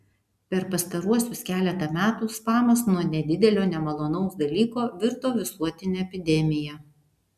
per pastaruosius keletą metų spamas nuo nedidelio nemalonaus dalyko virto visuotine epidemija